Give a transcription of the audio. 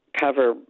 cover